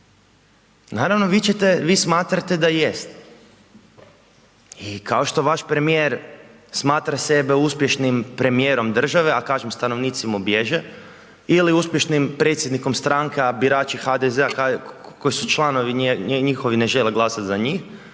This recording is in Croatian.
vi ćete, vi smatrate da jest. I kao što vaš premijer smatra sebe uspješnim premijerom države, a kažem, stanovnici mu bježe ili uspješnim predsjednikom stranke, a birači HDZ-a, koji su članovi njihovi ne žele glasat za njih,